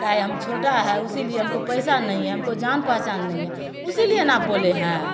अँए काहे हम छोटा हैं इसीलिए हमको पैसा नहीं है हमको जान पहचान नहीं है इसीलिए ना आप बोले हैं